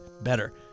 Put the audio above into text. better